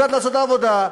יודעת לעשות את העבודה.